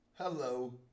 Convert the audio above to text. Hello